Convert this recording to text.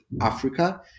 Africa